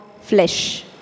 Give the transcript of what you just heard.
flesh